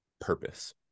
purpose